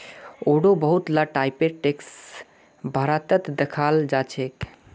आढ़ो बहुत ला टाइपेर टैक्स भारतत दखाल जाछेक